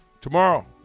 Tomorrow